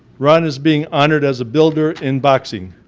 ron is being honored as a builder in boxing.